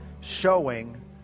showing